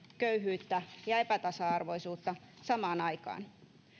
köyhyyttä ja epätasa arvoisuutta samaan aikaan